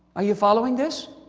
are you following this?